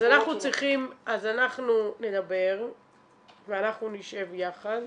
אז אנחנו נדבר ואנחנו נשב יחד.